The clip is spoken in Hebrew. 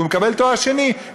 והוא מקבל תואר שני,